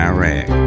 Iraq